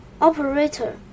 Operator